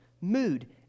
mood